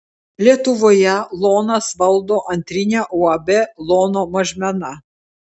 lietuvoje lonas valdo antrinę uab lono mažmena